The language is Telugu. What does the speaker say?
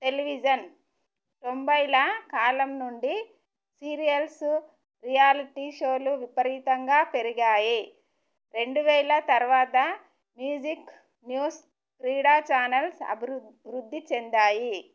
టెలివిజన్ తొంబైల కాలం నుండి సీరియల్స్ రియాలిటీ షోలు విపరీతంగా పెరిగాయి రెండు వేల తరువాత మ్యూజిక్ న్యూస్ క్రీడా ఛానల్స్ అభివృద్ధి వృద్ధి చెందాయి